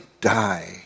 die